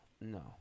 no